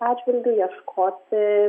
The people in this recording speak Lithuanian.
atžvilgiu ieškoti